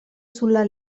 sulla